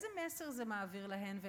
איזה מסר זה מעביר להם ולהן,